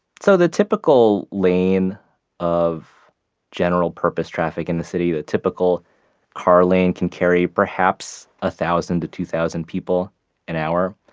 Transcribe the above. so the typical lane of general-purpose traffic in the city a typical car lane can carry perhaps a thousand to two thousand people an hour.